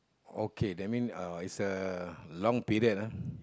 okay that mean uh it's a long period ah